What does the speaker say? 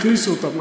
והכניסו אותם.